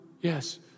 Yes